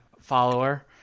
follower